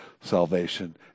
salvation